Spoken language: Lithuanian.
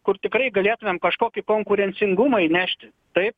kur tikrai galėtumėm kažkokį konkurencingumą įnešti taip